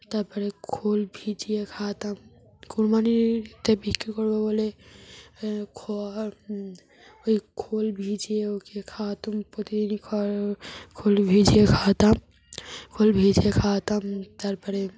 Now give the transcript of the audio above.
তার পরে খোল ভিজিয়ে খাওয়াতাম কুরবানিতে বিক্রি করব বলে খড় ওই খোল ভিজিয়ে ওকে খাওয়াতাম প্রতিদিনই খড় খোল ভিজিয়ে খাওয়াতাম খোল ভিজিয়ে খাওয়াতাম তার পরে